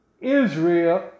Israel